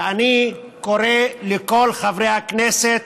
ואני קורא לכל חברי הכנסת,